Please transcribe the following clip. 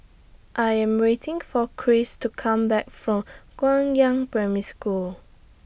I Am waiting For Chris to Come Back from Guangyang Primary School